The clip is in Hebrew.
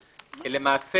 למעשה,